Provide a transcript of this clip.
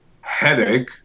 headache